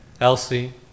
elsie